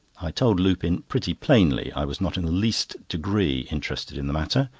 i told lupin pretty plainly i was not in the least degree interested in the matter,